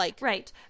Right